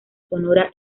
sonora